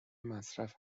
مصرف